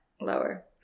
lower